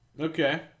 Okay